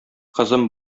кызым